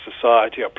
society